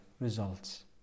results